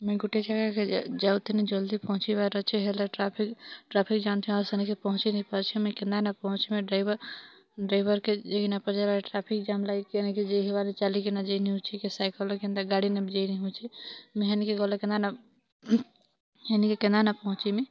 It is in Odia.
ମୁଇ ଗୋଟେ ଜାଗାକେ ଯାଉଥୁନି ଜଲ୍ଦି ପହଞ୍ଚିବାର୍ ଅଛି ହେଲେ ଟ୍ରାଫିକ୍ ଟ୍ରାଫିକ୍ ଜାମ ଥିନା ସେ ନାକି ପହଞ୍ଚି ନେଇ ପାରଛି ମୁଇ କେନାନ୍ ପହଞ୍ଚିମି ଡ୍ରାଇଭର୍ ଡ୍ରାଇଭର୍କେ ଜି ନା ପହଞ୍ଚାବା ଟ୍ରାଫିକ୍ ଜାମ୍ ଲାଗି କେ ନିକି ଯେଇ ହେବାର୍ ଚାଲିକି ନା ଯାଇ ନେଇ ହଉଛି କି ସାଇକେଲ୍ କେନ୍ତା ଗାଡ଼ି ନାମ ଯେଇ ନେଇ ହଉଛି ମେ ହେନିକି ଗଲେ କେନ୍ତା ନା ହେନି କି କେନ୍ତା ନା ପହଞ୍ଚିମି